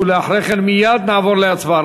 ואחרי כן מייד נעבור להצבעה,